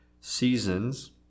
Seasons